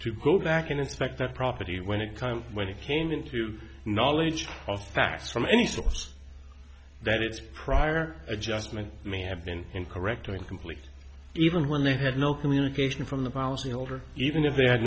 to go back and inspect that property when it came when it came into knowledge of facts from any source that its prior adjustment may have been incorrect or incomplete even when they had no communication from the policyholder even if they had